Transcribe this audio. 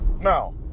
Now